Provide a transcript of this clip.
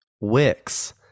Wix